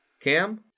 Cam